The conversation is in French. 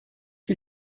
que